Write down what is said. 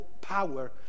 power